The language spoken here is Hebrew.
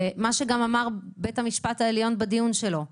זה מה שגם אמר בית המשפט העליון בדיון שלו בבג"ץ.